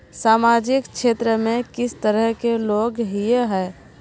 सामाजिक क्षेत्र में किस तरह के लोग हिये है?